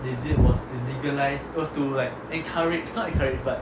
they did was to legalise was to like encourage not encourage but